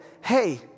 hey